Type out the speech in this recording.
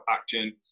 action